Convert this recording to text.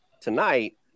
tonight